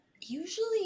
Usually